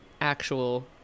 actual